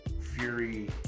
Fury